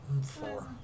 Four